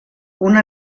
una